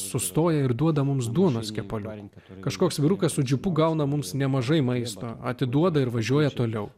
sustoja ir duoda mums duonos kepaliuką kažkoks vyrukas su džipu gauna mums nemažai maisto atiduoda ir važiuoja toliau